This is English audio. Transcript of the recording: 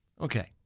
Okay